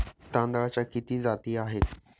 तांदळाच्या किती जाती आहेत?